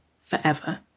forever